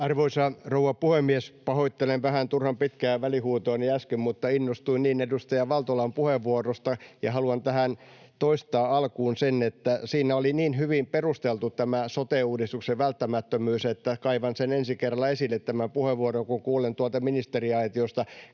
Arvoisa rouva puhemies! Pahoittelen vähän turhan pitkää välihuutoani äsken, mutta innostuin niin edustaja Valtolan puheenvuorosta. Haluan tähän toistaa alkuun sen, että siinä oli niin hyvin perusteltu tämä sote-uudistuksen välttämättömyys, että kaivan sen puheenvuoron ensi kerralla esille, kun kuulen tuolta ministeriaitiosta